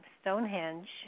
stonehenge